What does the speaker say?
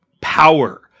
power